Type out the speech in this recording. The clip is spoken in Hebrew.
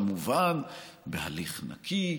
כמובן בהליך נקי,